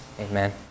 Amen